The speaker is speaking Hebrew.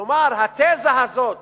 כלומר, התזה הזאת